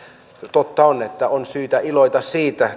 totta on että on syytä iloita siitä